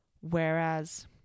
Whereas